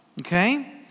okay